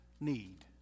need